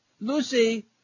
Lucy